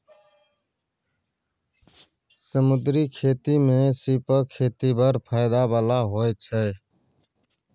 समुद्री खेती मे सीपक खेती बड़ फाएदा बला होइ छै